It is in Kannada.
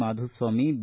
ಮಾಧುಸ್ವಾಮಿ ಬಿ